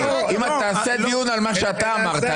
תעשה דיון על מה שאתה אמרת,